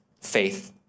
faith